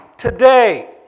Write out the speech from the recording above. today